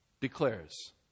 declares